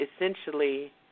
essentially